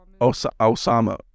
Osama